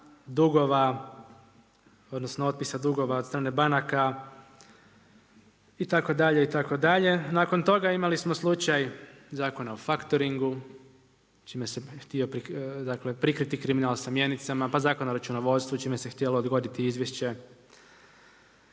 odnosno otpisa dugova od strane banaka itd., itd. Nakon toga imali smo slučaj Zakona o faktoringu, čime se htio prikriti kriminal sa mjenicama, pa Zakon o računovodstvu čime se htjelo odgoditi izvješće